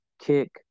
kick